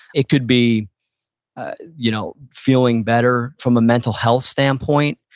it could be you know feeling better from a mental health standpoint,